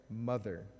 Mother